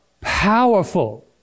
Powerful